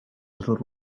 little